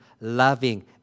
loving